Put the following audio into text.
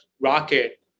Rocket